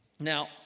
Now